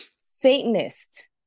Satanist